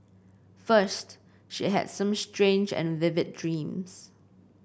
first she had some strange and vivid dreams